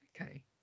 Okay